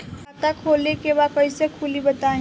खाता खोले के बा कईसे खुली बताई?